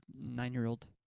nine-year-old